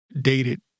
dated